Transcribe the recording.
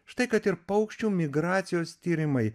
štai kad ir paukščių migracijos tyrimai